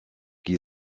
qui